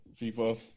FIFA